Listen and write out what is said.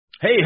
Hey